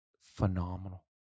phenomenal